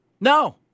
No